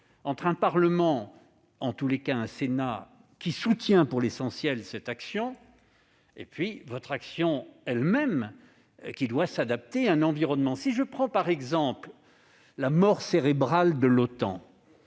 entre un Parlement, en tout cas un Sénat, qui soutient pour l'essentiel cette action, et votre action elle-même, qui doit s'adapter à l'environnement. Permettez-moi de prendre pour exemple la « mort cérébrale » de l'OTAN.